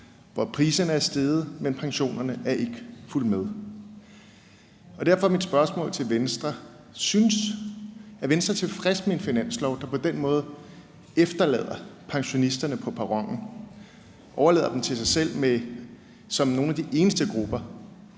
at priserne er steget, men pensionerne er ikke fulgt med. Derfor er mit spørgsmål til Venstre: Er Venstre tilfreds med en finanslov, der på den måde efterlader pensionisterne på perronen og overlader dem til sig selv, i forhold til at de er nogle af de eneste grupper,